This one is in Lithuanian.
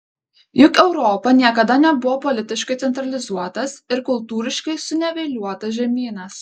juk europa niekada nebuvo politiškai centralizuotas ir kultūriškai suniveliuotas žemynas